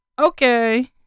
Okay